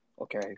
okay